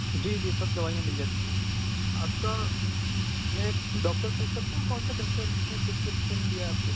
جی جی سب دوائیاں مِل جاتی ہیں آپ کا یہ ڈوکٹر پوچھ سکتا ہوں کون سا ڈوکٹر نے پرسکرپشن دیا ہے آپ کو